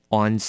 on